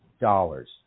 dollars